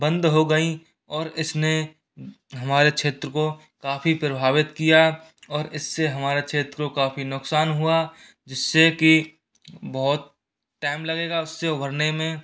बंद हो गई और इसने हमारे क्षेत्र को काफ़ी प्रभावित किया और इससे हमारा क्षेत्र को काफ़ी नुकसान हुआ जिससे की बहुत टैम लगेगा उसे भरने में